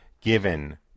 given